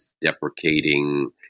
deprecating